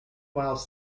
miles